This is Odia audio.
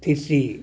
ଥିଶି